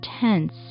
tense